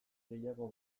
gehiago